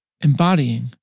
embodying